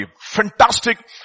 Fantastic